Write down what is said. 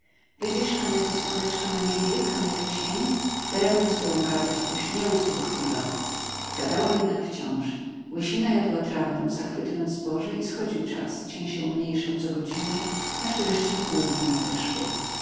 widzisz kany to słoneczko na niebie kany to cień daremno z tobą gadać boś nieusłuchliwa gadała jednak wciąż łysina jadła trawę zachwytując zboże i schodził czas cień się umniejszał co godzinę aż wreszcie i południe nadeszło